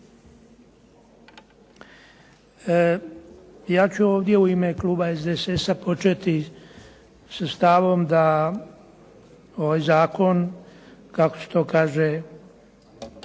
Ja ću ovdje u ime Kluba SDSS-a početi sa stavom da ovaj Zakon kako se to kaže